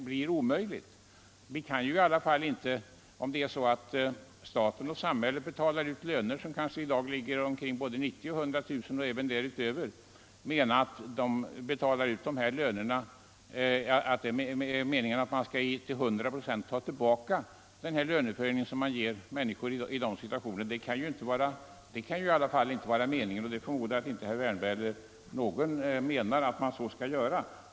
Vi kan i alla fall inte mena att de höjningar av löner på 90 000 och 100 000 kronor, och även därutöver, som t.ex. staten och samhället betalar ut skall tas tillbaka till 100 procent. Det kan inte vara avsikten och det förmodar jag att varken herr Wärnberg eller någon annan menar att man skall göra.